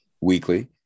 Weekly